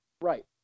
Right